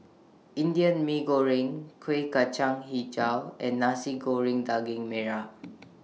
Indian Mee Goreng Kuih Kacang Hijau and Nasi Goreng Daging Merah